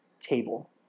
table